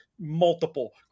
multiple